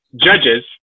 judges